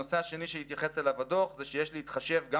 הנושא השני שהתייחס אליו הדוח זה שיש להתחשב גם